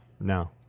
No